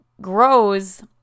grows